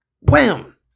Wham